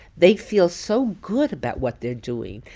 they feel so good about what they're doing.